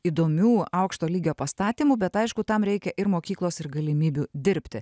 įdomių aukšto lygio pastatymų bet aišku tam reikia ir mokyklos ir galimybių dirbti